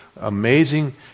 amazing